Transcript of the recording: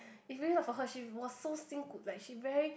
it's really not for her she was so 辛苦 like she very